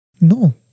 No